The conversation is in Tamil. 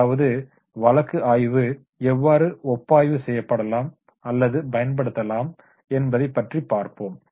அதாவது வழக்கு ஆய்வு எவ்வாறு ஒப்பாய்வு செய்யப்படலாம் அல்லது பயன்படுத்தலாம் என்பதை பற்றியும் பார்ப்போம்